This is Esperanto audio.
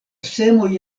semoj